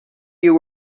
you